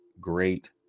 great